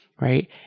right